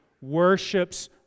worships